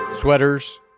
Sweaters